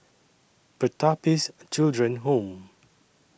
Pertapis Children Home